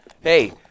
hey